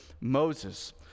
moses